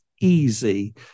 easy